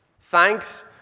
Thanks